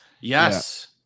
Yes